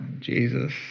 Jesus